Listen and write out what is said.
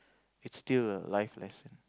it's still a life lesson